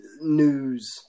news